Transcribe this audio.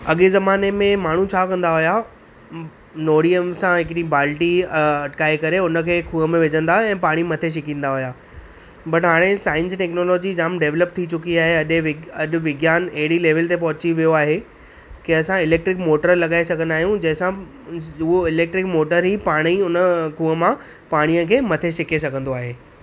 अॻिए ज़माने में माण्हूं छा कंदा हुया नोड़िअं सां हिकुरी बालटी अटकाए करे उनखे खूअ में विझंदा ऐं पाणी मथे छिकिंदा हुआ परि हाणे साइंस जी टैक्नोलॉजी जाम डेवलप थी चुकी आहे अॼु विज्ञान एॾी लैवल ते पहुंची वियो आहे की असां इलैकट्रिक मोटर लॻाए सघंदा आहियू् जंहिंसां हूअ इलैकट्रिक मोटर ही पाणे ई हुन खूअ मां पाणी खे मथे छिके सघंदो आहे